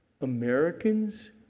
Americans